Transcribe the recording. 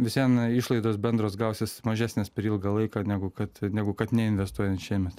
vis vien išlaidos bendros gausis mažesnės per ilgą laiką negu kad negu kad neinvestuojant šiemet